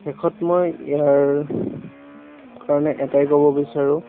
শেষত মই ইয়াৰ কাৰণে এটাই ক'ব বিচাৰো